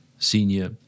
senior